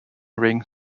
ring